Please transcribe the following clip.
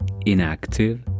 Inactive